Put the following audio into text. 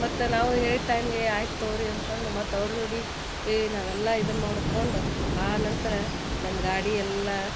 ಮತ್ತು ನಾವು ಹೇಳಿದ ಟೈಮ್ಗೆ ಆಯ್ತು ತಗೋರಿ ಅಂತಂದು ಮತ್ತು ಅವ್ರ ಜೋಡಿ ಏ ನಾವೆಲ್ಲ ಇದನ್ನ ಮಾಡ್ಕೊಂಡು ಆ ನಂತರ ನಮ್ಮ ಗಾಡಿ ಎಲ್ಲ